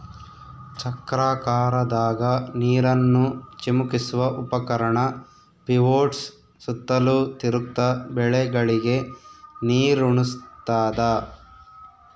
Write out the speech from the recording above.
ಚಕ್ರಾಕಾರದಾಗ ನೀರನ್ನು ಚಿಮುಕಿಸುವ ಉಪಕರಣ ಪಿವೋಟ್ಸು ಸುತ್ತಲೂ ತಿರುಗ್ತ ಬೆಳೆಗಳಿಗೆ ನೀರುಣಸ್ತಾದ